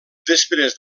després